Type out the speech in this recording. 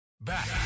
Back